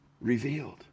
revealed